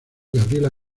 gabriela